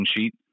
sheet